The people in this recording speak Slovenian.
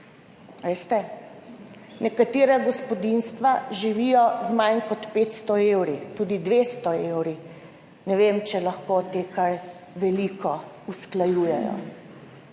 Veste, nekatera gospodinjstva živijo z manj kot 500 evri, tudi z 200 evri. Ne vem, če lahko ti kaj veliko usklajujejo.